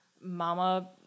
Mama